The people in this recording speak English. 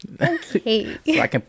Okay